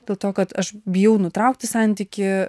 dėl to kad aš bijau nutraukti santykį